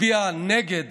תצביע נגד